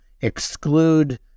exclude